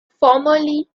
formerly